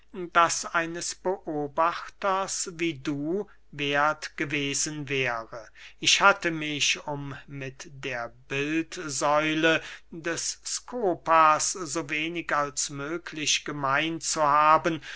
das eines beobachters wie du werth gewesen wäre ich hatte mich um mit der bildsäule des skopas so wenig als möglich gemein zu haben